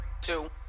two